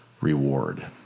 reward